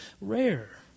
rare